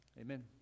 amen